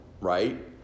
right